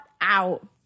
out